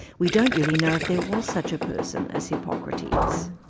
we don't really know if there was such a person as hippocrates.